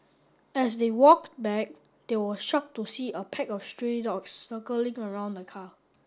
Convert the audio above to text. as they walked back they were shocked to see a pack of stray dogs circling around the car